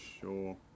sure